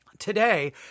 Today